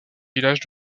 village